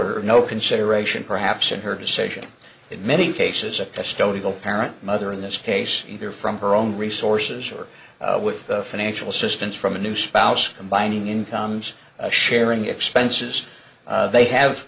or no consideration perhaps of her decision in many cases a custodial parent mother in this case either from her own resources or with financial assistance from a new spouse combining incomes sharing expenses they have